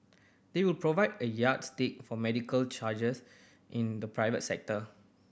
they will provide a yardstick for medical charges in the private sector